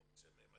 לא רוצה מהם.